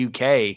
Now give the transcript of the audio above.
UK